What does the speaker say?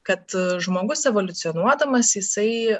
kad žmogus evoliucionuodamas jisai